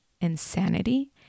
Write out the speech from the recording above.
insanity